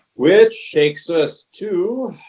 which takes us to